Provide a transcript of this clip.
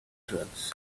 drugs